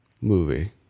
movie